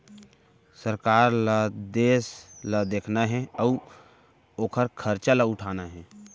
सरकार ल देस ल देखना हे अउ ओकर खरचा ल उठाना हे